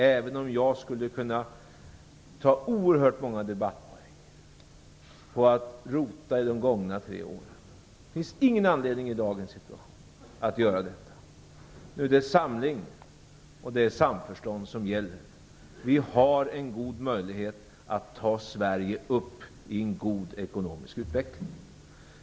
Även om jag skulle kunna ta oerhört många debattpoäng på att rota i de gångna tre åren finns det ingen anledning att i dagens situation göra det. Nu är det samling och samförstånd som gäller. Vi har en god möjlighet att ta Sverige upp till en god ekonomisk utveckling.